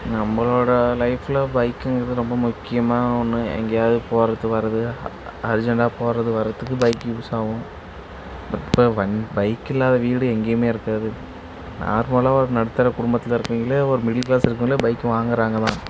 நம்மளோடய லைஃப்பில் பைக்குங்கிறது ரொம்ப முக்கியமான ஒன்று எங்கேயாது போகிறது வர்றது அர்ஜெண்டா போகிறது வர்றதுக்கு பைக்கு யூஸ் ஆகும் பட் இப்போ வண் பைக்கு இல்லாத வீடு எங்கையுமே இருக்காது நார்மலாக ஒரு நடுத்தர குடும்பத்தில் இருக்கீங்களே ஒரு மிடில் க்ளாஸ் இருக்கிறவுங்களே பைக்கு வாங்குறாங்க தான்